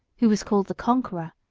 who was called the conqueror,